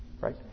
Right